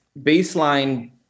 baseline